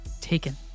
Taken